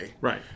Right